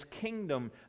kingdom